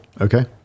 Okay